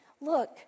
look